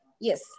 Yes